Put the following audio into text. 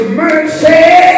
mercy